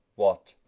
what,